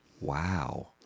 Wow